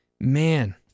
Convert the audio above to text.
man